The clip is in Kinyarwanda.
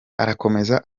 arakomeza